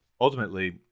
ultimately